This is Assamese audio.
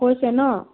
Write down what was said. কৈছে ন